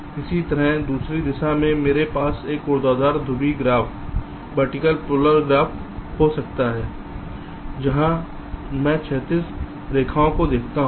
इसी तरह दूसरी दिशा में मेरे पास एक ऊर्ध्वाधर ध्रुवीय ग्राफ हो सकता है जहां मैं क्षैतिज रेखाओं को देखता हूं